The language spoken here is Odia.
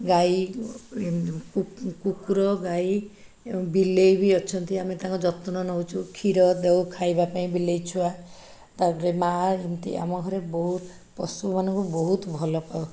ଗାଈ କୁ କୁକୁର ଗାଈ ବିଲେଇ ବି ଅଛନ୍ତି ଆମେ ତାଙ୍କ ଯତ୍ନ ନଉଛୁ କ୍ଷୀର ଦଉ ଖାଇବା ପାଇଁ ବିଲେଇ ଛୁଆ ତା ପରେ ମାଁ ଏମିତି ଆମ ଘରେ ବହୁତ ପଶୁମାନଙ୍କୁ ବହୁତ ଭଲ ପାଉ